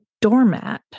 doormat